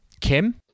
Kim